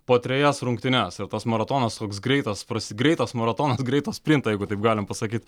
po trejas rungtynes ir tas maratonas toks greitas prasi greitas maratonas greitas sprintą jeigu taip galim pasakyt